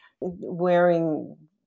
wearing